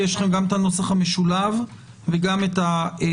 יש לכם גם את הנוסח המשולב וגם את התיקון.